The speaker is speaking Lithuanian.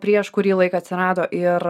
prieš kurį laiką atsirado ir